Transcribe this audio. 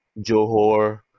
Johor